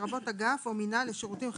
לרבות אגף או מינהל לשירותים חברתיים,